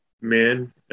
men